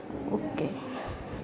okay